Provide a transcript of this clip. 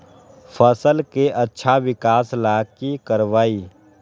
फसल के अच्छा विकास ला की करवाई?